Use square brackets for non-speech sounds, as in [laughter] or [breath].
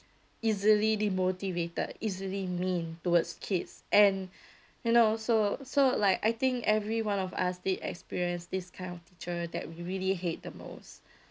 easily demotivated easily mean towards kids and [breath] you know so so like I think every one of us did experience this kind of teacher that we really hate the most